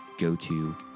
go-to